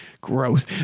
gross